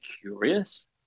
curious